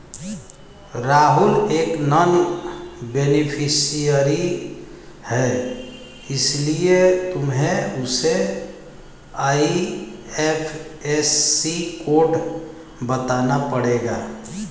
राहुल एक non beneficiary है इसीलिए तुम्हें उसे आई.एफ.एस.सी कोड बताना पड़ेगा